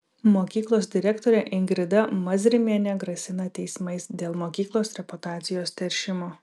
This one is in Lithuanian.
mokyklos direktorė ingrida mazrimienė grasina teismais dėl mokyklos reputacijos teršimo